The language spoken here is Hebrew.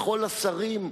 בכל השרים,